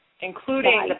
including